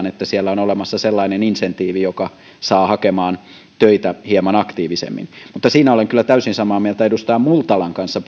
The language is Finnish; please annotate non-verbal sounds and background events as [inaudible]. [unintelligible] että siellä on olemassa sellainen insentiivi joka saa hakemaan töitä hieman aktiivisemmin mutta siinä puolestaan olen kyllä täysin samaa mieltä edustaja multalan kanssa [unintelligible]